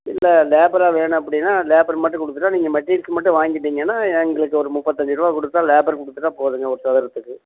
இல்லை லேபரா வேணும் அப்படின்னா லேபர் மட்டும் கொடுத்துட்டா நீங்கள் மெடீரியல்ஸ் மட்டும் வாங்கிட்டீங்கன்னா எங்களுக்கு ஒரு முப்பத்தஞ்சிருபா கொடுத்தா லேபர் கொடுத்துட்டா போதுங்க ஒரு சதுரத்துக்கு